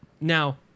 Now